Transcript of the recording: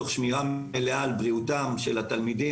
תוך שמירה מלאה על בריאותם של התלמידים